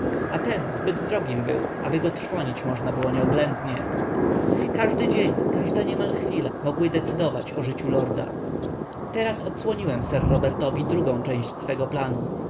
a ten zbyt drogim był aby go trwonić można nieoględnie każdy dzień każda niemal chwila mogły decydować o życiu lorda teraz odsłoniłem sir robertowi drugą część swego planu